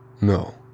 No